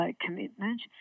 commitment